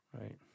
Right